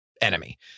enemy